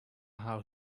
how